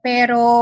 Pero